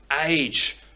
age